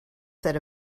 set